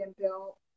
built